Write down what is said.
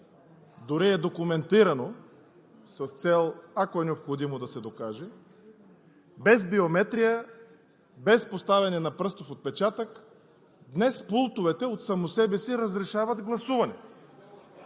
дори е документирано с цел, ако е необходимо, да се докаже – без биометрия, без поставяне на пръстов отпечатък, днес пултовете от само себе си разрешават гласуване!